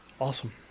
Awesome